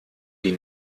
die